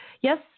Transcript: yes